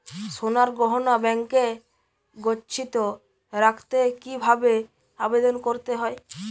সোনার গহনা ব্যাংকে গচ্ছিত রাখতে কি ভাবে আবেদন করতে হয়?